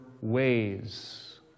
ways